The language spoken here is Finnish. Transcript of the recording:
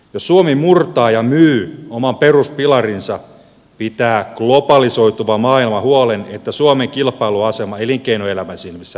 jos suomi murtaa ja myy oman peruspilarinsa pitää globalisoituva maailma huolen että suomen kilpailuasema elinkeinoelämän silmissä vähenee